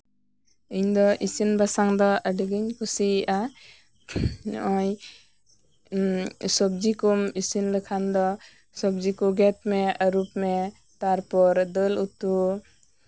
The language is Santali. ᱤᱧ ᱫᱚ ᱤᱥᱤᱱᱼᱵᱟᱥᱟᱝ ᱫᱚ ᱟᱹᱰᱤᱜᱤᱧ ᱠᱩᱥᱤᱭᱟᱜᱼᱟ ᱱᱚᱜᱼᱚᱭ ᱩᱜ ᱥᱚᱵᱡᱤ ᱠᱚᱢ ᱤᱥᱤᱱ ᱞᱮᱠᱷᱟᱱ ᱫᱚ ᱥᱚᱵᱡᱤ ᱠᱚ ᱜᱮᱫ ᱢᱮ ᱟᱨᱩᱵ ᱢᱮ ᱛᱟᱨᱯᱚᱨ ᱫᱟᱹᱞ ᱩᱛᱩ